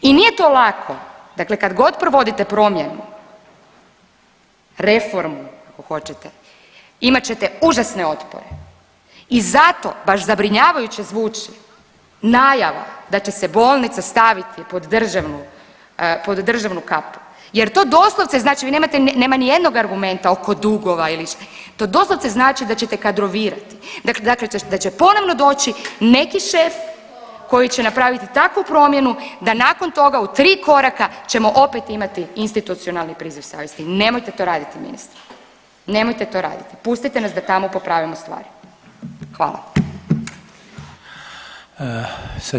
I nije to lako, dakle kad god provodite promjenu, reformu ako hoćete, imat ćete užasne otpore i zato baš zabrinjavajuće zvuči najava da će se bolnica staviti pod državnu, pod državnu kapu jer to doslovce znači vi nemate, nema nijednog argumenta oko dugova ili, to doslovce znači da ćete kadrovirati, dakle da će ponovno doći neki šef koji će napraviti takvu promjenu da nakon toga u tri koraka ćemo opet imati institucionalni priziv savjesti, nemojte to raditi ministre, nemojte to raditi, pustite nas da tamo popravimo stvari, hvala.